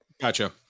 Gotcha